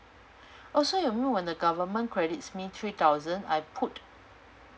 also you mean when the government credits me three thousand I put